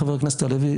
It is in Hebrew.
חבר הכנסת הלוי,